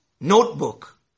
notebook